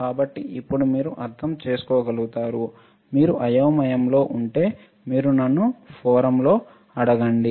కాబట్టి ఇప్పుడు మీరు అర్థం చేసుకోగలుగుతారు మీరు అయోమయంలో ఉంటే మీరు నన్ను ఫోరమ్లో అడగండి